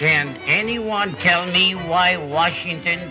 can anyone tell me why washington